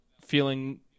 feeling